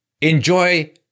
enjoy